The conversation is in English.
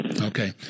Okay